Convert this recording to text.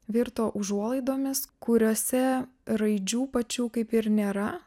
virto užuolaidomis kuriose raidžių pačių kaip ir nėra